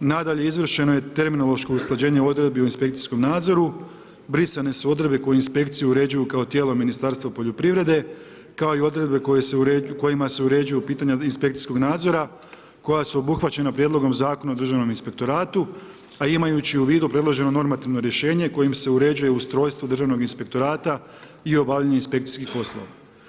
nadalje izvršeno je terminološko usklađenje odredbi o inspekcijskom nadzoru, brisane su odredbe koje inspekciju uređuju kao tijelo Ministarstva poljoprivrede kao i odredbe koje se, kojima se uređuju pitanja inspekcijskog nadzora koja su obuhvaćena Prijedlogom Zakona o državnom inspektoratu, a imajući u vidu predloženo normativno rješenje kojim se uređuje ustrojstvo Državnog inspektorata i obavljanje inspekcijskih poslova.